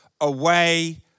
away